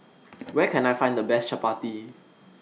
Where Can I Find The Best Chapati